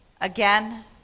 again